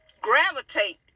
gravitate